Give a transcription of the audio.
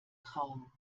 traum